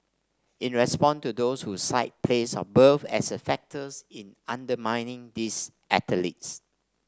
in response to those who cite place of birth as a factor in undermining these athletes